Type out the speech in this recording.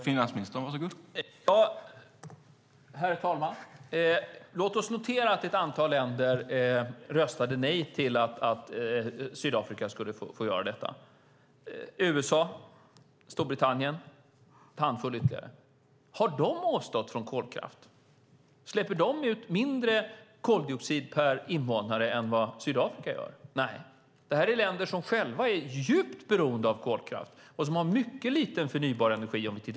Herr talman! Låt oss notera att ett antal länder röstade nej till att Sydafrika skulle få göra detta. Det var USA, Storbritannien och en handfull andra. Har de avstått från kolkraft? Släpper de ut mindre koldioxid per invånare än vad Sydafrika gör? Nej. Det här är länder som själva är djupt beroende av kolkraft och som har ytterst lite förnybar energi.